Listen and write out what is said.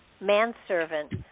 manservant